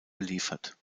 beliefert